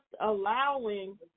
allowing